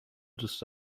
دوست